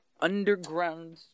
underground